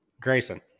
Grayson